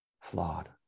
flawed